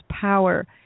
power